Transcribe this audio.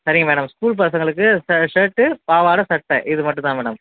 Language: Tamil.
சரிங்க மேடம் ஸ்கூல் பசங்களுக்கு ச ஷர்ட்டு பாவாடை சட்டை இது மட்டும் தான் மேடம்